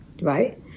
right